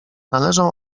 należą